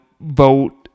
vote